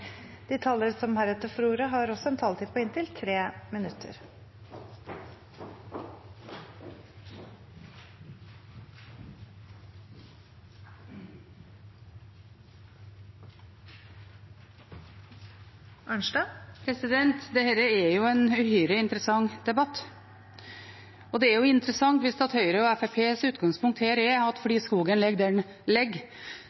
De talere som heretter får ordet, har også en taletid på inntil 3 minutter. Dette er en uhyre interessant debatt. Det er interessant hvis Høyre og Fremskrittspartiets utgangspunkt her er at